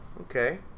Okay